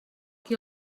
qui